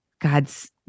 God's